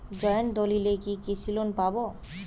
Joint দলিলে কি কৃষি লোন পাব?